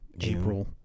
April